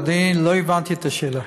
אני לא הבנתי את השאלה.